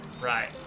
right